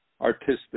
artistic